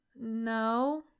no